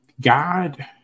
God